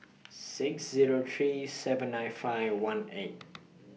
six Zero three seven nine five one eight